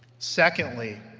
secondly,